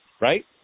right